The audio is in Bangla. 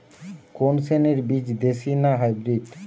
কোন শ্রেণীর বীজ দেশী না হাইব্রিড?